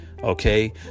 Okay